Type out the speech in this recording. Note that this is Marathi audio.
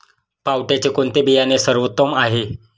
पावट्याचे कोणते बियाणे सर्वोत्तम आहे?